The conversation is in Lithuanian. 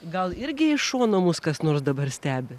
gal irgi iš šono mus kas nors dabar stebi